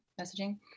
messaging